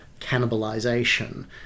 cannibalisation